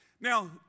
Now